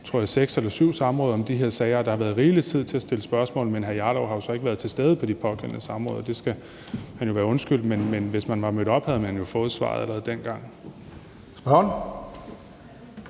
tror jeg, seks eller syv samråd om de her sager, og der har været rigelig tid til at stille spørgsmål, men hr. Rasmus Jarlov har jo så ikke været til stede på de pågældende samråd. Det skal han være undskyldt, men hvis man var mødt op, havde man jo fået svarene allerede dengang.